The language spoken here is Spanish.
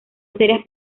serias